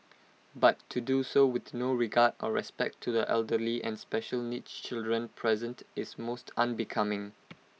but to do so with no regard or respect to the elderly and special needs children present is most unbecoming